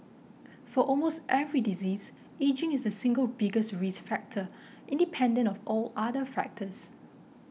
for almost every disease ageing is the single biggest risk factor independent of all other factors